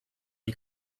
die